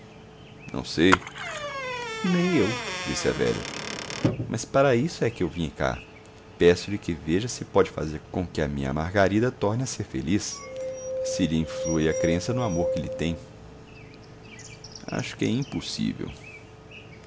não sei nem eu disse a velha mas para isso é que eu vim cá peço-lhe que veja se pode fazer com que a minha margarida torne a ser feliz se lhe influi a crença no amor que lhe tem acho que é impossível